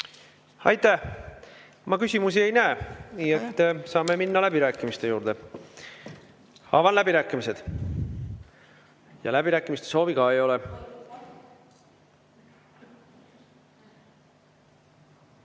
Aitäh! Ma küsimusi ei näe, nii et saame minna läbirääkimiste juurde. Avan läbirääkimised. Läbirääkimiste soovi ka ei ole.